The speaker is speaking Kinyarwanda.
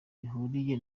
bihuriye